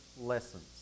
Lessons